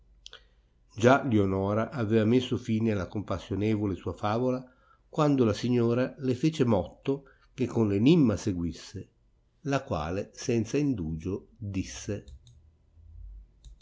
già lionora aveva messo fine alla compassionevole sua favola quando la signora le fece motto che con l'enimma seguisse la quale senza indugio disse